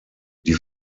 die